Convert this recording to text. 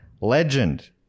Legend